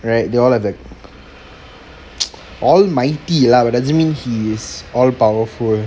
right they all of it almighty lah but doesn't mean he is all powerful